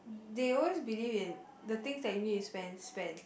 they always believe in the things that you need to spend spend